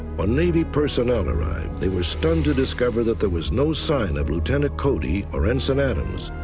when navy personnel arrived, they were stunned to discover that there was no sign of lieutenant cody or ensign adams.